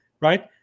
right